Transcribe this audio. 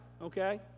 okay